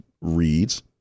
reads